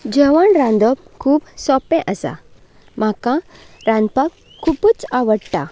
जेवण रांदप खूब सोंपें आसा म्हाका रांदपाक खुबूच आवडटा